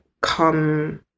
come